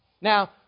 Now